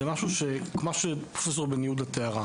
זה משהו כמו שפרופ' בן יהודה תיארה